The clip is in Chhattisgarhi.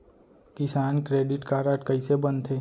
किसान क्रेडिट कारड कइसे बनथे?